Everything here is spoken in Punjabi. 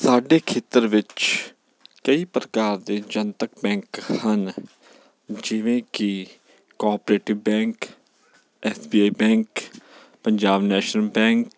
ਸਾਡੇ ਖੇਤਰ ਵਿੱਚ ਕਈ ਪ੍ਰਕਾਰ ਦੇ ਜਨਤਕ ਬੈਂਕ ਹਨ ਜਿਵੇਂ ਕਿ cooperative bank S B I bank Punjab national bank